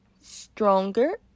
stronger